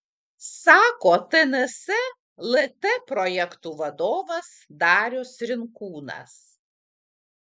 sako tns lt projektų vadovas darius rinkūnas